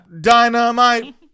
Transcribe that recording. dynamite